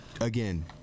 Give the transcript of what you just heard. Again